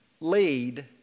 lead